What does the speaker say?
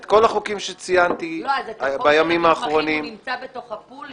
כל החוקים שציינתי בימים האחרונים --- זה נמצא בתוך הפול?